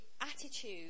attitude